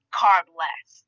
carb-less